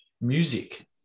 music